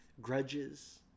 Grudges